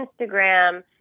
Instagram